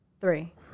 Three